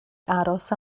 aros